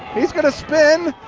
he's going to spin.